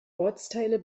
ortsteile